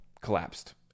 collapsed